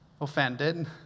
offended